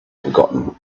forgotten